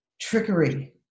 trickery